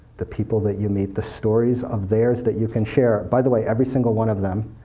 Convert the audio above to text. the people that you meet the stories of theirs that you can share. by the way, every single one of them,